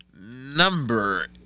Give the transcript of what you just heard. number